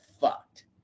fucked